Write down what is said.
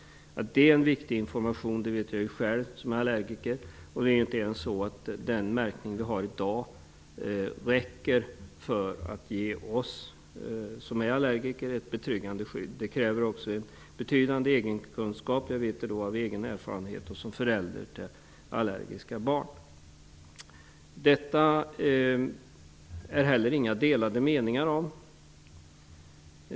Att detta är en viktig information vet jag själv som allergiker. Det är inte ens så att den märkning som vi har i dag räcker för att ge oss som är allergiker ett betryggande skydd. Det krävs också en betydande egenkunskap. Det vet jag av egen erfarenhet och som förälder till allergiska barn. Detta finns det heller inga delade meningar om.